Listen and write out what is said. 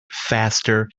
faster